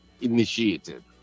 initiated